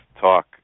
talk